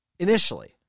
Initially